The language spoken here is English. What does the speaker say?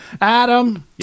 Adam